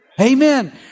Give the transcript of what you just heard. Amen